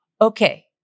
okay